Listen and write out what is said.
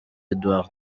edouard